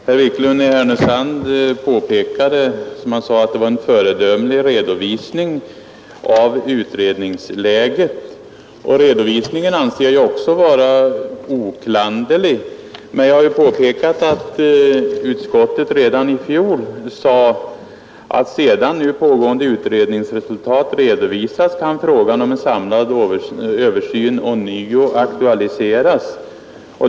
Herr talman! Herr Wiklund i Härnösand framhöll att det gjorts en föredömlig redovisning av utredningsläget. Redovisningen anser jag också vara oklanderlig, men jag vill påpeka att utskottet redan i fjol sade att sedan resultaten av nu pågående utredningar redovisats kan frågan om en samlad översyn ånyo aktualiseras.